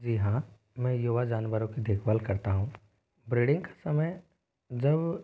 जी हाँ मैं युवा जानवरों की देखभाल करता हूँ ब्रीडिंग के समय जब